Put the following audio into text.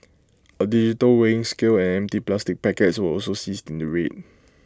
A digital weighing scale and empty plastic packets were also seized in the raid